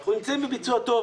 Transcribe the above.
אנחנו נמצאים בביצוע טוב.